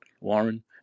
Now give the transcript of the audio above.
Warren